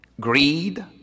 Greed